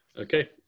Okay